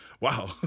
wow